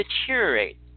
deteriorate